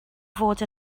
fod